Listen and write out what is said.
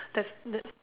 that's that